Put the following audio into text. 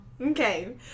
Okay